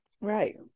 Right